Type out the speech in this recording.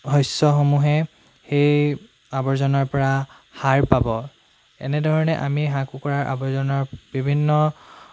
শস্যসমূহে সেই আৱৰ্জনাৰপৰা সাৰ পাব এনেধৰণে আমি হাঁহ কুকুৰাৰ আৱৰ্জনাৰ বিভিন্ন